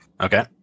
Okay